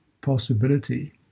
possibility